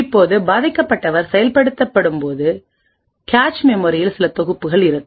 இப்போது பாதிக்கப்பட்டவர் செயல்படுத்தும்போது கேச் மெமரியில் சில தொகுப்புகள் இருக்கும்